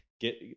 get